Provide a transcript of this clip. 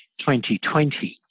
2020